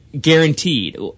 guaranteed